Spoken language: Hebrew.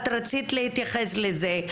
את רצית להתייחס לזה.